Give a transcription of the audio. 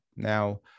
Now